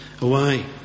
away